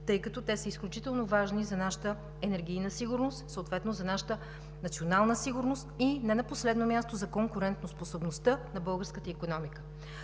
тъй като те са изключително важни за нашата енергийна сигурност, съответно за нашата национална сигурност и не на последно място, за конкурентоспособността на българската икономика.